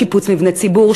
שיפוץ מבני ציבור,